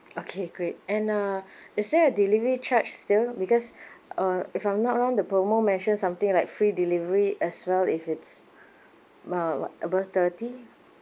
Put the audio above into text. okay great and uh is there a delivery charge still because uh if I'm not wrong the promo mentioned something like free delivery as well if it's uh above thirty